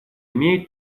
имеет